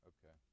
Okay